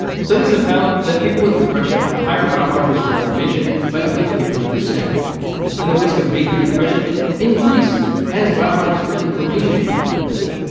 studies have found that people with depression have higher biomarkers for inflammation by up to fifty, and the risk of major depression increased as biomarkers for inflammation increased.